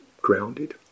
grounded